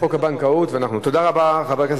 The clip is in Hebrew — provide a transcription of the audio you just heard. טוב שמה שרצית